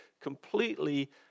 completely